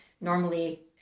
normally